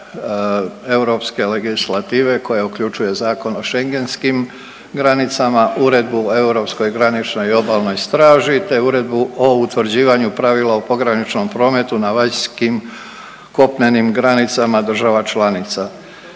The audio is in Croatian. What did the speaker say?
europske legislative koja uključuje Zakon o schengenskim granicama, Uredbu o europskoj graničnoj obalnoj straži, te Uredbu o utvrđivanju pravila o pograničnom prometu na vanjskim kopnenim granicama država članica.